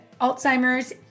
Alzheimer's